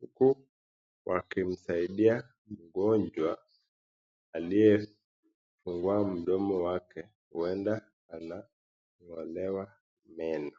huku wakimsaidia mgonjwa aliyefungua mdomo wake. Huenda anang'olewa meno.